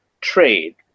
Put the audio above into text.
trade